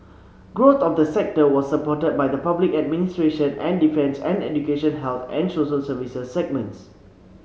growth of the sector was supported by the public administration and defence and education health and social services segments